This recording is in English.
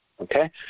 Okay